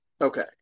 Okay